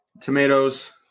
tomatoes